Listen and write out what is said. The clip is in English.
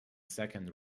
second